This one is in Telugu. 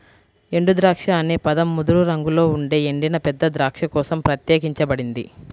ఎండుద్రాక్ష అనే పదం ముదురు రంగులో ఉండే ఎండిన పెద్ద ద్రాక్ష కోసం ప్రత్యేకించబడింది